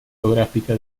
geográfica